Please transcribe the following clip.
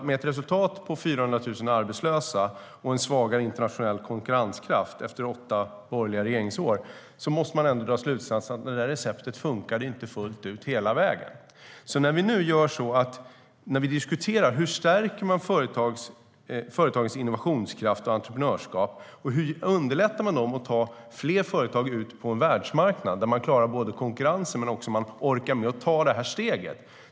Med ett resultat på 400 000 arbetslösa och en svagare internationell konkurrenskraft efter åtta borgerliga regeringsår måste man ändå dra slutsatsen att det receptet inte funkade fullt ut hela vägen. Nu diskuterar vi: Hur stärker man företagens innovationskraft och entreprenörskap? Hur underlättar man för fler företag att ta sig ut på en världsmarknad där de klarar både konkurrensen och orkar med att ta steget?